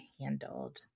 handled